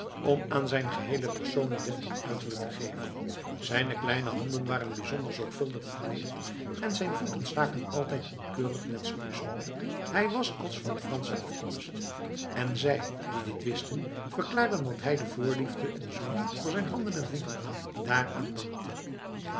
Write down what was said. om aan zijn geheelen persoon een deftig uiterlijk te geven zijne kleine handen waren bijzonder zorgvuldig verpleegd en zijn voeten staken altijd in keurig net schoeisel hij was van fransche afkomst en zij die dit wisten verklaarden dat hij de voorliefde en zorg voor zijn handen en voeten daaraan dankte